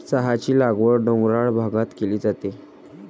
चहाची लागवड डोंगराळ भागात केली जाते